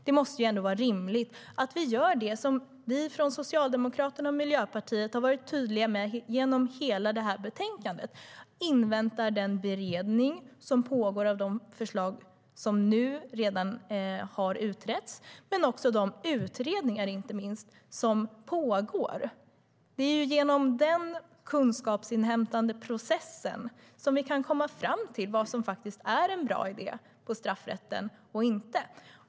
Det måste ändå vara rimligt att vi gör det som vi från Socialdemokraterna och Miljöpartiet har varit tydliga med genom hela betänkandet, nämligen inväntar den beredning som pågår av de förslag som redan har utretts men också inte minst de utredningar som pågår. Det är genom den kunskapsinhämtande processen som vi kan komma fram till vad som är en bra idé inom straffrätten och inte.